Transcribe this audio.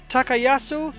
Takayasu